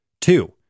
Two